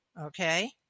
Okay